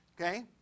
Okay